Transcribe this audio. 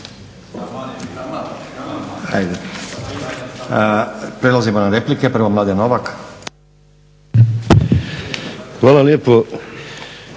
Hvala lijepa.